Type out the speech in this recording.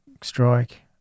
strike